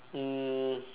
um